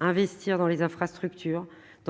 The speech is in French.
investir dans les infrastructures,